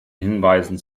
hinweisen